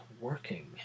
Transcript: working